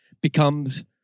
becomes